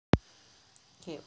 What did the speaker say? okay